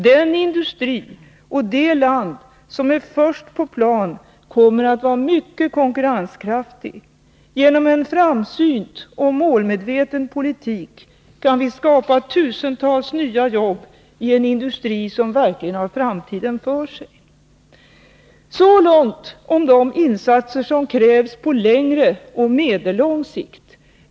Den industri och det land som är först på plan kommer att ha god konkurrensförmåga. Genom en framsynt och målmedveten politik kan vi skapa tusentals nya jobb i en industri som verkligen har framtiden för sig. Så långt om de insatser som krävs på längre och medellång sikt.